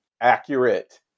accurate